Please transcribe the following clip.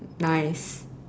nice